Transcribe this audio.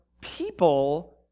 people